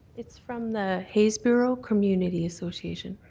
it's from the haze borough community association.